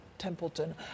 Templeton